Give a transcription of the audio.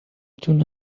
تونه